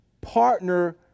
partner